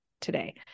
Today